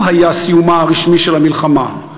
הוא היה סיומה הרשמי של המלחמה.